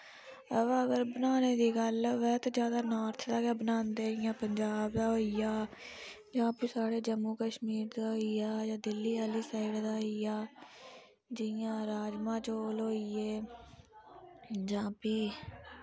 अवा अगर बनाने दी गल्ल आवै तां जादै नार्थ दा गै बनांदे इयां पंजाब दा होइया जां फ्ही साढ़े जम्मू कश्मीर दा होइया दिल्ली आह्ली साईड दा होइया जियां राजमां चौल होइये जां फ्ही